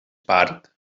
part